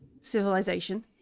civilization